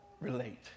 relate